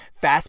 fast